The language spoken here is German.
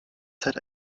zeit